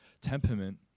temperament